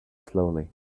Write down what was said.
slowly